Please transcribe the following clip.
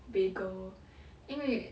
bagel 因为